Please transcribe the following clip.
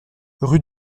rue